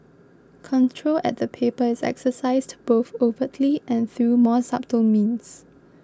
control at the paper is exercised both overtly and through more subtle means